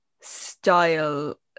style